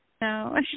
No